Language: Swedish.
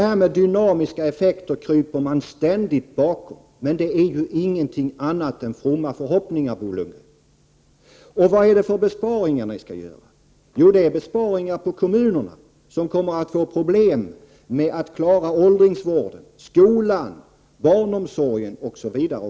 Talet om dynamiska effekter kryper man ständigt bakom. Men det är ju inte fråga om någonting annat än fromma förhoppningar, Bo Lundgren! Vad är det för besparingar ni skall göra? Jo, det är besparingar på kommunernas bekostnad. Dessa 135 kommer att få problem när det gäller att klara åldringsvården, skolan, barnomsorgen osv.